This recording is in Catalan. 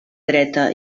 dreta